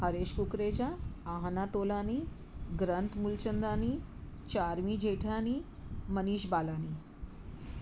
Haresh Kukreja Aahana Tolani Granth Mulchandani Charvi Jethani Manish Balani